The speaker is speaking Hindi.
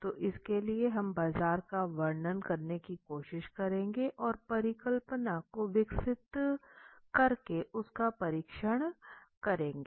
तो इसके लिए हम बाजार का वर्णन करने की कोशिश करेंगे और परिकल्पना को विकसित करके उसका परीक्षण करेंगे